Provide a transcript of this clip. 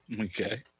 Okay